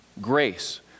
grace